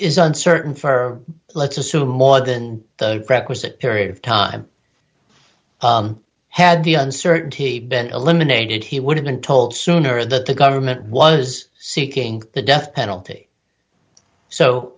is uncertain for let's assume more than the requisite period of time had the uncertainty been eliminated he would have been told sooner that the government was seeking the death penalty so